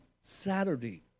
Saturday